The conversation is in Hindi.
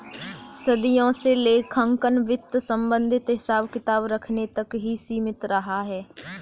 सदियों से लेखांकन वित्त संबंधित हिसाब किताब रखने तक ही सीमित रहा